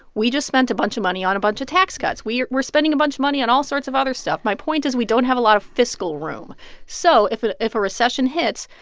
we just spent a bunch of money on a bunch of tax cuts. we're spending a bunch of money on all sorts of other stuff. my point is we don't have a lot of fiscal room so if a if a recession hits,